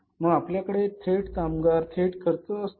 मग आपल्याकडे थेट कामगार आणि थेट खर्च असतो